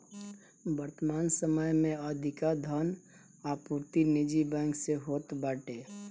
वर्तमान समय में अधिका धन आपूर्ति निजी बैंक से होत बाटे